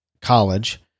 college